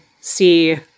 see –